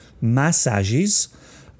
massages